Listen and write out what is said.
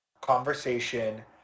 conversation